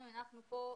אנחנו הנחנו כאן